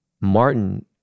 Martin